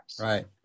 Right